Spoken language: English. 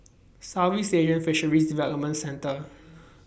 Southeast Asian Fisheries Development Centre